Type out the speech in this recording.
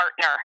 partner